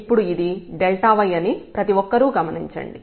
ఇప్పుడు ఇది y అని ప్రతి ఒక్కరూ గమనించండి